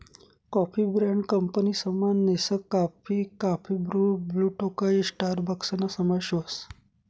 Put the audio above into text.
coffee brand कंपनीसमा Nescafe, coffee Bru, Blue Tokai स्टारबक्सना समावेश व्हस